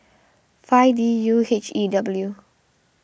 five D U H E W